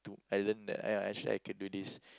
I learn that I actually could do this